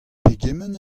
pegement